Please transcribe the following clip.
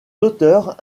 autre